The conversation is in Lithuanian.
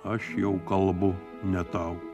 aš jau kalbu ne tau